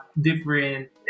different